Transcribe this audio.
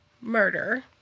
murder